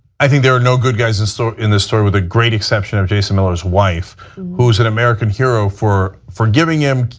i think there are no good guys and so in the story with the great exception of jason miller's wife who is an american hero for for giving him,